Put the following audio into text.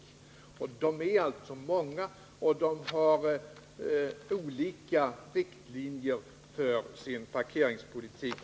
Kommunerna har alltså olika riktlinjer för sin parkeringspolitik.